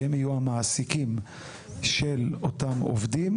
שהם יהיו המעסיקים של אותם עובדים.